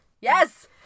Yes